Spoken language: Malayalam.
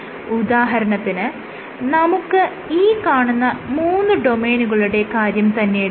ഉദാഹരണത്തിന് നമുക്ക് ഈ കാണുന്ന മൂന്ന് ഡൊമെയ്നുകളുടെ കാര്യം തന്നെയെടുക്കാം